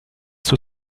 zur